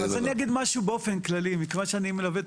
אז אני אגיד משהו באופן כללי מכיוון שאני מלווה את